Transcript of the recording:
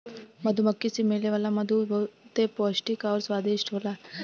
मधुमक्खी से मिले वाला मधु बहुते पौष्टिक आउर स्वादिष्ट होला